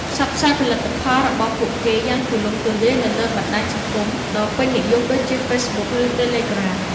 ផ្សព្វផ្សាយផលិតផល របស់ពួកគេយ៉ាងទូលំទូលាយនៅលើបណ្ដាញសង្គមដ៏ពេញនិយមដូចជា Facebook ឬ Telegram។